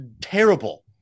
terrible